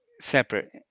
separate